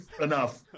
enough